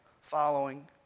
following